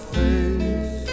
face